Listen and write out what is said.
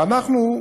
ואנחנו,